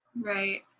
Right